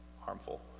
harmful